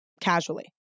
casually